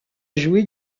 jouer